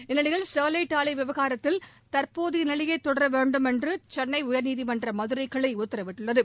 இந்நிலையில் ஸ்டெர்லைட் ஆலை விவகாரத்தில் தற்போதைய நிலையே தொடர வேண்டும் என்று சென்னை உயர்நீதிமன்ற மதுரை கிளை உத்தரவிட்டுள்ளது